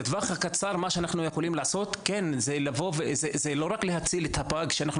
בטווח הקצר אנחנו יכולים לא רק להציל את הפג שאנחנו